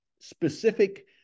specific